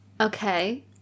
Okay